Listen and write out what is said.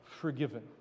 forgiven